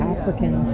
African